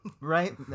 Right